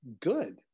good